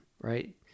right